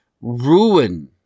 ruin